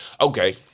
Okay